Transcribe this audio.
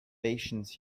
patience